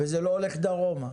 וזה לא הולך דרומה.